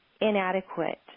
inadequate